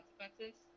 consequences